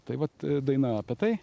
tai vat daina apie tai